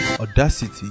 Audacity